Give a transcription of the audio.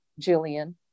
Jillian